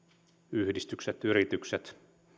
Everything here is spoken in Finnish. yhdistykset yritykset